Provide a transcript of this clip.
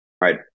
right